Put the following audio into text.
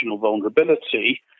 vulnerability